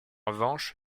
revanche